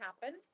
happen